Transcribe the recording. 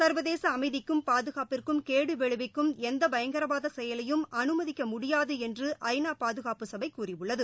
சர்வதேச அமைதிக்கும் பாதுகாப்பிற்கும் கேடு விளைவிக்கும் எந்த பயங்கரவாத செயலையும் அனுமதிக்க முடியாது என்று ஐநா பாதுகாப்பு சபை கூறியுள்ளது